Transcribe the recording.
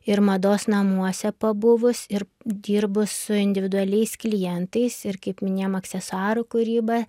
ir mados namuose pabuvus ir dirbus su individualiais klientais ir kaip minėjom aksesuarų kūryba